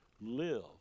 live